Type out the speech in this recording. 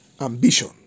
ambition